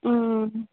ఆ